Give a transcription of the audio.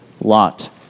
Lot